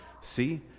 see